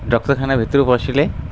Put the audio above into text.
ଡାକ୍ତରଖାନା ଭିତରକୁ ପଶିଲେ